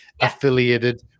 affiliated